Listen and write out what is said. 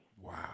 Wow